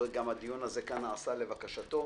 הדיון הזה כאן נעשה לבקשתו.